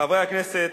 חברי הכנסת,